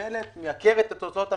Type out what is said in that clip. מתקבלת היא מייקרת את הוצאות הממשלה,